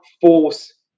force